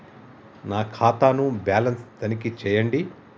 నా ఖాతా ను బ్యాలన్స్ తనిఖీ చేయండి?